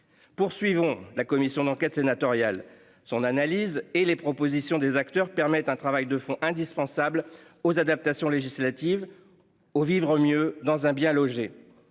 Poursuivons la commission d'enquête sénatoriale son analyse et les propositions des acteurs permettent un travail de fond indispensable aux adaptations législatives. Au vivre mieux dans un bien loger